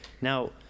Now